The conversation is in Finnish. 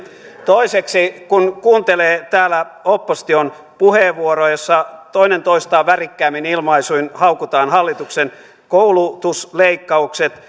toiseksi kun kuuntelee täällä opposition puheenvuoroja joissa toinen toistaan värikkäämmin ilmaisuin haukutaan hallituksen koulutusleikkaukset